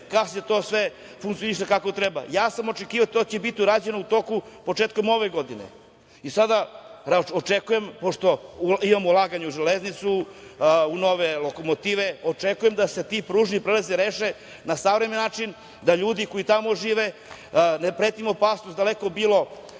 da sve to funkcioniše kako treba. Ja sam očekivao da će to biti urađeno početkom ove godine. Sada očekujem, pošto imamo ulaganja u železnicu, u nove lokomotive, očekujem da se ti pružni prelazi reše na savremen način, da ljudi koji tamo žive ne preti im opasnost, daleko bilo,